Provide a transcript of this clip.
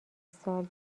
سال